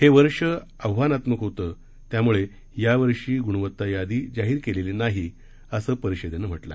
हे वर्ष आव्हानात्मक होतं त्याम्ळे यावर्षी ग्वणता यादी जाहीर केलेली नाही असं परिषदेनं म्हटलं